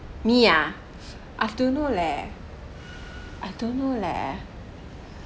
me ah I don't know leh I don't know leh